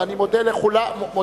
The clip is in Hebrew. אני מודיע לכולם,